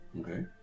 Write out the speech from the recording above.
Okay